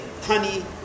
honey